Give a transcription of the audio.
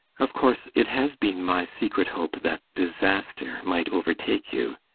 of course, it has been my secret hope that disaster might overtake you.